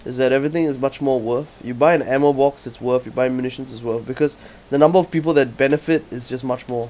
is that everything is much more worth you buy an ammo box it's worth you buy ammunitions as well because the number of people that benefit is just much more